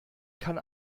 kann